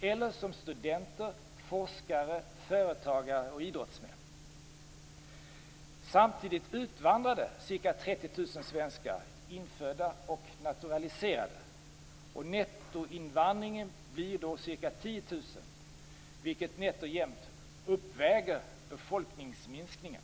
eller som studenter, forskare, företagare och idrottsmän. Samtidigt utvandrade ca 30 000 svenskar, infödda och naturaliserade. Nettoinvandringen blir då ca 10 000, vilket nätt och jämt uppväger befolkningsminskningen.